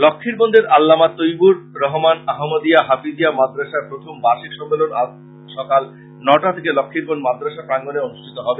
লক্ষীরবন্দের আল্লামা তৈয়ীবুর রহমান আহমদিয়া হাফিজিয়া মাদ্রাসার প্রথম বার্ষিক সম্মেলন আজ সকাল নটা থেকে লক্ষীরবন্দ মাদ্রাসা প্রাঙ্গনে অনুষ্ঠিত হবে